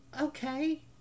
Okay